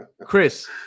Chris